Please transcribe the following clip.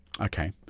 okay